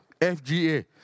FGA